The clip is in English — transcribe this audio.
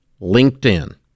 LinkedIn